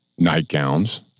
nightgowns